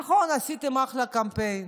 נכון, עשיתם אחלה קמפיין.